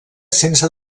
sense